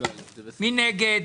מי נגד?